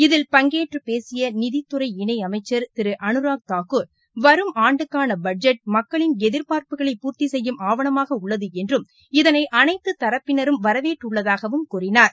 இதில் பங்கேற்றுப் பேசிய நிதித்துறை இணையமைச்சர் திரு அனுராக் தாக்கூர் வரும் ஆண்டுக்கான பட்ஜெட் மக்களின் எதிர்பார்ப்புகளை பூர்த்தி செய்யும் ஆவணமாக உள்ளது என்றும் இதளை அனைத்து தரப்பினரும் வரவேற்றுள்ளதாகவும் கூறினார்